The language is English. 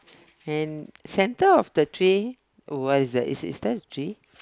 and center of the tree was the is is that tree